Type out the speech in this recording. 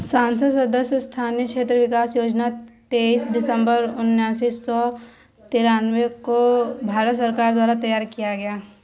संसद सदस्य स्थानीय क्षेत्र विकास योजना तेईस दिसंबर उन्नीस सौ तिरान्बे को भारत सरकार द्वारा तैयार किया गया